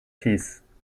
peace